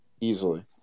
Easily